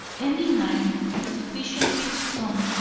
any mind, if sufficiently strong,